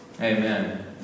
Amen